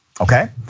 okay